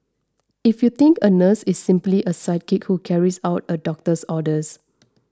if you think a nurse is simply a sidekick who carries out a doctor's orders